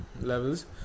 levels